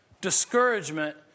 discouragement